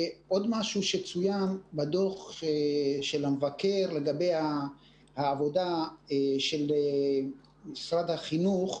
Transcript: בדוח של המבקר הזכירו את העבודה של משרד החינוך.